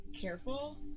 careful